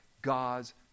God's